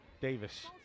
Davis